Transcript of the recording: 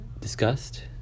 discussed